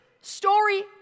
story